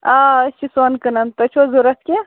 آ أسۍ چھِ سۅن کٕنان تُہۍ چھُوا ضروٗرت کیٚنٛہہ